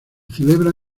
celebra